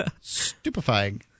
Stupefying